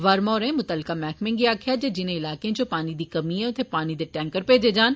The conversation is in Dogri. वर्मा होरें मुतलका मैहकमें गी आक्खेया जे ओ जिने इलाकें पानी दी कमी ऐ उत्थै पानी दे टैंकर भेजे जान